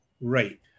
Right